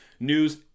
news